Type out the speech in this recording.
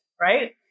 Right